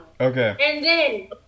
okay